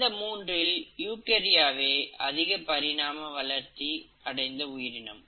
இந்த மூன்றில் யூகர்யாவே அதிக பரிணாமம் அடைந்த உயிரினம்